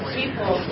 people